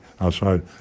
outside